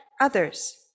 others